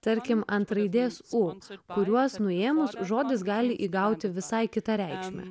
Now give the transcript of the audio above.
tarkim ant raidės ūsų kuriuos nuėmus žodis gali įgauti visai kitą reikšmę